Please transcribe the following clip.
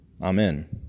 Amen